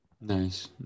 Nice